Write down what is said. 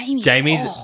Jamie's